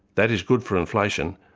that is good for inflation,